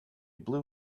blue